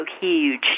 huge